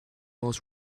most